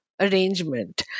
arrangement